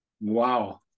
Wow